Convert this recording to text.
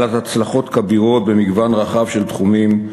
בעלת הצלחות כבירות במגוון רחב של תחומים,